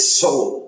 soul